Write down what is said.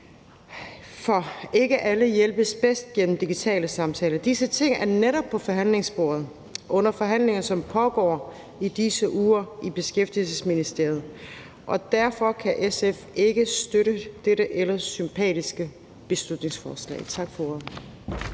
For ikke alle hjælpes bedst gennem digitale samtaler. Disse ting er netop på forhandlingsbordet under forhandlingerne, som pågår i disse uger i Beskæftigelsesministeriet, og derfor kan SF ikke støtte dette ellers sympatiske beslutningsforslag. Tak for ordet.